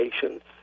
patients